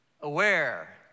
aware